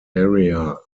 area